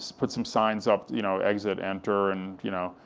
put some signs up, you know exit, enter, and you know,